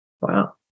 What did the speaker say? Wow